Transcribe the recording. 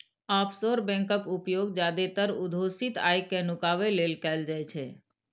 offshore बैंकक उपयोग जादेतर अघोषित आय कें नुकाबै लेल कैल जाइ छै